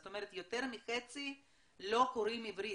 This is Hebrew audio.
זאת אומרת יותר מחצי לא קוראים עברית,